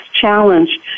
challenge